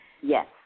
Yes